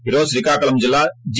ఈ రోజు శ్రీకాకుళం జిల్లా జి